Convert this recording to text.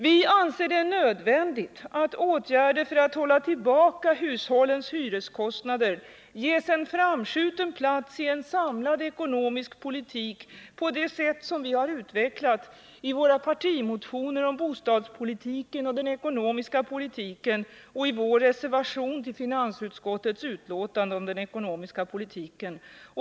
Vi anser det nödvändigt att åtgärder för att hålla nere hushållens hyreskostnader ges en framskjuten plats i en samlad ekonomisk politik på det sätt som vi har utvecklat i våra partimotioner om bostadspolitiken och den ekonomiska politiken och i vår reservation till finansutskottets betänkande om den ekonomiska politiken.